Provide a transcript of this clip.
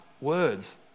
words